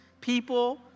people